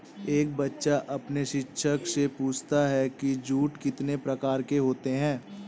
एक बच्चा अपने शिक्षक से पूछता है कि जूट कितने प्रकार के होते हैं?